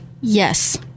Yes